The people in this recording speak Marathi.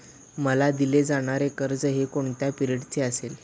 मला दिले जाणारे कर्ज हे कोणत्या पिरियडचे असेल?